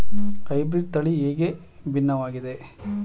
Hybrid ತಳಿ ಹೇಗೆ ಭಿನ್ನವಾಗಿದೆ?